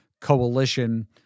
coalition